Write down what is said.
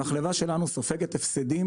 המחלבה שלנו סופגת הפסדים